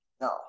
no